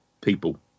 people